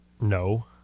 No